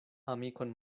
amikon